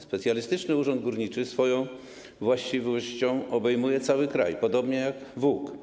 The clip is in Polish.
Specjalistyczny Urząd Górniczy swoją właściwością obejmuje cały kraj, podobnie jak WUG.